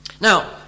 Now